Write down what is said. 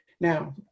Now